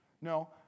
No